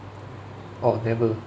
orh never